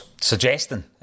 suggesting